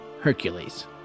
Hercules